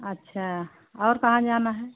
अच्छा और कहाँ जाना है